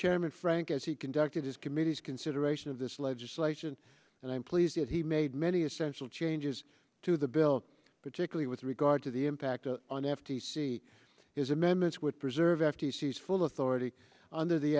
chairman frank as he conducted his committee's consideration of this legislation and i'm pleased that he made many essential changes to the bill particularly with regard to the impact on the f t c is amendments would preserve f t c full authority under the